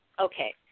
okay